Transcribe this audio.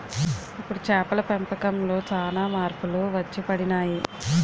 ఇప్పుడు చేపల పెంపకంలో సాన మార్పులు వచ్చిపడినాయి